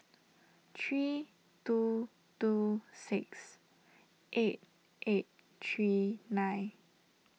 three two two six eight eight three nine